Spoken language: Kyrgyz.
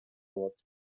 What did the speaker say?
болот